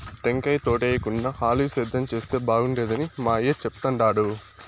టెంకాయ తోటేయేకుండా ఆలివ్ సేద్యం చేస్తే బాగుండేదని మా అయ్య చెప్తుండాడు